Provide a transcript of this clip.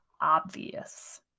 obvious